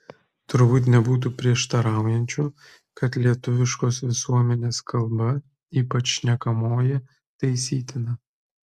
turbūt nebūtų prieštaraujančių kad lietuviškos visuomenės kalba ypač šnekamoji taisytina